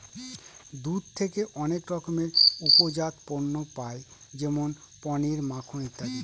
দুধ থেকে অনেক রকমের উপজাত পণ্য পায় যেমন পনির, মাখন ইত্যাদি